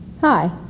Hi